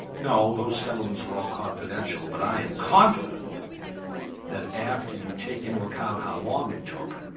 no, those settlements were all confidential. but i am confident that after you take into account how long it took,